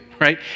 right